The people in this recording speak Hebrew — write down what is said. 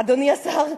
אדוני השר.